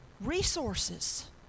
resources